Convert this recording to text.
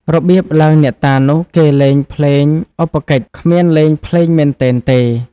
របៀបឡើងអ្នកតានោះ គេលេង ភ្លេងឧបកិច្ចគ្មានលេងភ្លេងមែនទែនទេ។